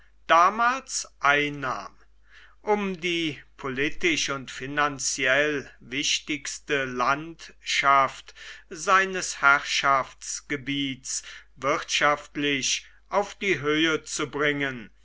damals einnahm um die politisch und finanziell wichtigste landschaft seines herrschaftsgebiets wirtschaftlich auf die höhe zu bringen